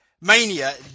Mania